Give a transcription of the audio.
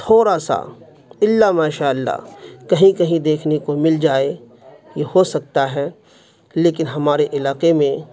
تھوڑا سا الا ماشاء اللہ کہیں کہیں دیکھنے کو مل جائے یہ ہو سکتا ہے لیکن ہمارے علاقے میں